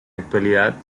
actualidad